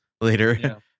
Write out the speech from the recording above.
later